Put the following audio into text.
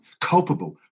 culpable